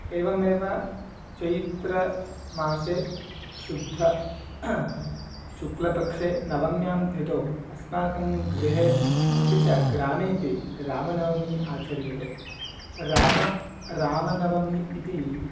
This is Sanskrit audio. एवमेव चैत्रमासे शुद्ध शुक्लपक्षे नवम्यां तिथौ अस्माकङ्गृहे अपि च ग्रामेपि रामनवमी आचर्यते रामः रामनवमी इति